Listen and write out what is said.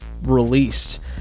released